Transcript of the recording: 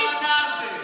את לא עונה על זה.